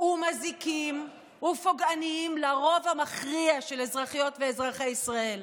ומזיקים ופוגעניים לרוב המכריע של אזרחיות ואזרחי ישראל.